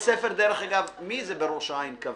בבית הספר כבר ברור, לתיכון